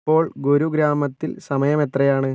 ഇപ്പോൾ ഗുരുഗ്രാമത്തിൽ സമയം എത്രയാണ്